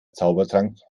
zaubertrank